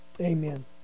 Amen